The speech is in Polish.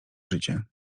życie